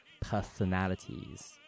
personalities